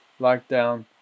lockdown